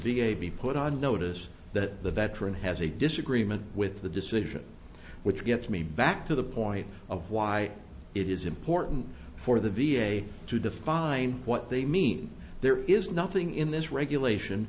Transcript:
be put on notice that the veteran has a disagreement with the decision which gets me back to the point of why it is important for the v a to define what they mean there is nothing in this regulation